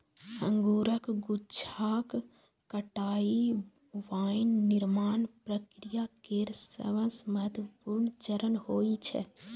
अंगूरक गुच्छाक कटाइ वाइन निर्माण प्रक्रिया केर सबसं महत्वपूर्ण चरण होइ छै